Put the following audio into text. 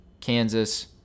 Kansas